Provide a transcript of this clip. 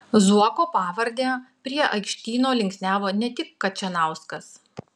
zuoko pavardę prie aikštyno linksniavo ne tik kačanauskas